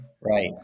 Right